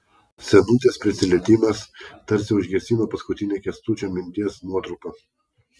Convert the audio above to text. senutės prisilietimas tarsi užgesino paskutinę kęstučio minties nuotrupą